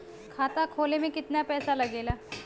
खाता खोले में कितना पैसा लगेला?